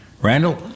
Randall